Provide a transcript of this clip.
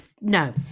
no